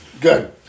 good